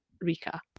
Rika